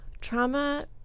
Trauma